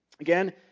Again